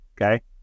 Okay